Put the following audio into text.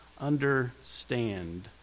Understand